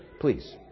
Please